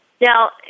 Now